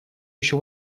еще